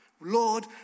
Lord